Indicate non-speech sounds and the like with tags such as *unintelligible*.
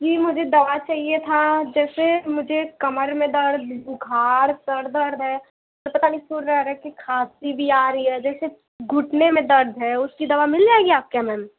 जी मुझे दवा चाहिए था जैसे मुझे कमर में दर्द बुखार सिर दर्द है *unintelligible* रह रह के खाँसी भी आ रही है जैसे घुटने में दर्द है उसकी दवा मिल जाएगी आपके यहाँ मैम